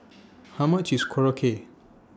How much IS Korokke